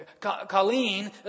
Colleen